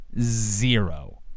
Zero